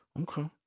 Okay